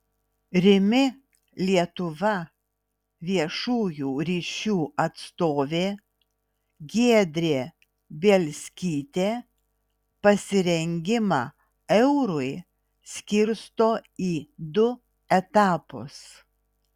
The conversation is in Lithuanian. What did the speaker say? rimi lietuva viešųjų ryšių atstovė giedrė bielskytė pasirengimą eurui skirsto į du etapus